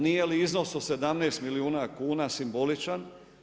Nije li iznos od 17 milijuna kuna simboličan?